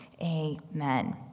Amen